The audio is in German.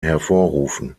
hervorrufen